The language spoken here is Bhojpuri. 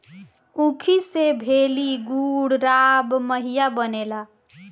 ऊखी से भेली, गुड़, राब, माहिया बनेला